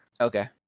Okay